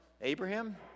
Abraham